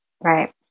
Right